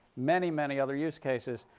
many, many other use cases,